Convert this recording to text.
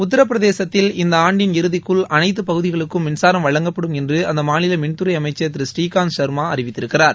உத்தரபிரதேசத்தில் இந்த ஆண்டின் இறுதிக்குள் அனைத்து பகுதிக்கும் மின்சாரம் வழங்கப்படும் என்று அந்த மாநில மின் துறை அமைச்சர் திரு புரீகாந்த் சர்மா அறிவித்திருக்கிறார்